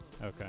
Okay